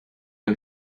ein